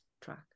track